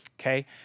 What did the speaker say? okay